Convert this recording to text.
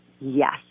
yes